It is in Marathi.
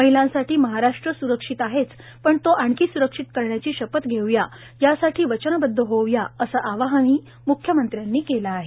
महिलांसाठी महाराष्ट्र सुरक्षित आहेच पण तो आणखी सुरक्षित करण्याची शपथ घेऊ या त्यासाठी वचनबद्ध होऊ या असं आवाहन मुख्यमंत्र्यांनी केलं आहे